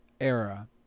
era